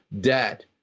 debt